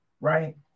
right